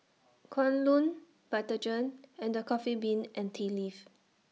Kwan Loong Vitagen and The Coffee Bean and Tea Leaf